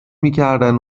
میکردن